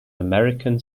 american